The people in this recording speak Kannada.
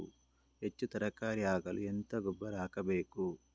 ಹೆಚ್ಚು ತರಕಾರಿ ಆಗಲು ಎಂತ ಗೊಬ್ಬರ ಹಾಕಬೇಕು?